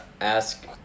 ask